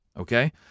okay